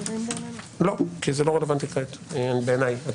--- לא, כי לא רלוונטי בעיניי כעת.